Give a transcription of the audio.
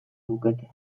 lukete